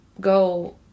go